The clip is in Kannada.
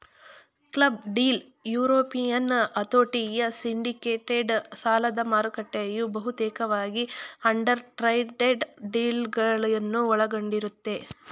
ಕ್ಲಬ್ ಡೀಲ್ ಯುರೋಪಿಯನ್ ಹತೋಟಿಯ ಸಿಂಡಿಕೇಟೆಡ್ ಸಾಲದಮಾರುಕಟ್ಟೆಯು ಬಹುತೇಕವಾಗಿ ಅಂಡರ್ರೈಟೆಡ್ ಡೀಲ್ಗಳನ್ನ ಒಳಗೊಂಡಿರುತ್ತೆ